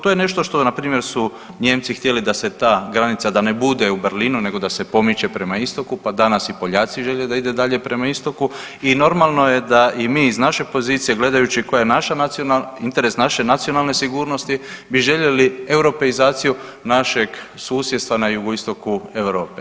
To je nešto što npr. su Nijemci htjeli da se ta granica da ne bude u Berlinu nego da se pomoče prema istoku, pa danas i Poljaci žele da ide dalje prema istoku i normalno je da i mi iz naše pozicije gledajući koja je naša nacionalna, interes naše nacionalne sigurnosti bi željeli europeizaciju našeg susjedstva na jugoistoku Europe.